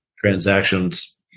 Transactions